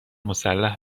مسلح